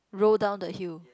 roll down the hill